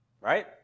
right